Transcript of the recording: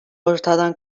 ortadan